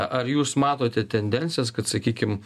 ar jūs matote tendencijas kad sakykim